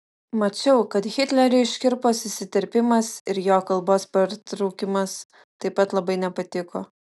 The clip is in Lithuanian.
mačiau kad hitleriui škirpos įsiterpimas ir jo kalbos pertraukimas taip pat labai nepatiko